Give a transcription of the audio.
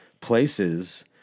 places